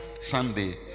Sunday